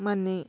ಮನೆ